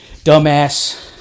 dumbass